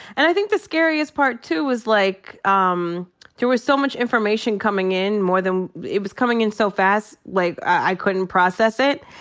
and i think the scariest part too was, like um there was so much information coming in, more than it was coming in so fast, like i couldn't process it.